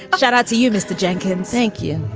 shout out to you mr. jenkins thank you.